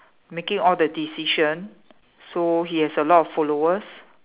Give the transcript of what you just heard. making all the decision so he has a lot of followers